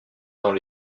dans